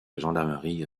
gendarmerie